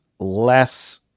less